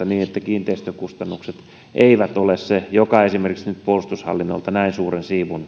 niin että kiinteistökustannukset eivät ole se joka esimerkiksi nyt puolustushallinnolta näin suuren siivun